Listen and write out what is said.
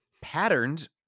patterned